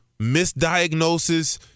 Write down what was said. misdiagnosis